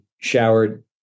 showered